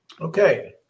Okay